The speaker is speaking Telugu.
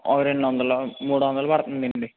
ఓ రెండు వందలు మూడు వందలు పడుతుందండి